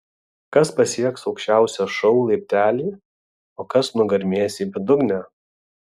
kas pasieks aukščiausią šou laiptelį o kas nugarmės į bedugnę